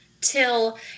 till